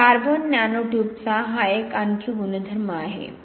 तर carbon nano ट्यूबचा हा आणखी एक गुणधर्म आहे